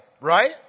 Right